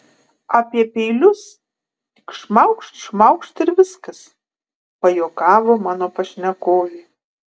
apie peilius tik šmaukšt šmaukšt ir viskas pajuokavo mano pašnekovė